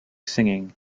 singing